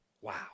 Wow